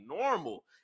normal